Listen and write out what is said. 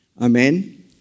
Amen